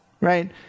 right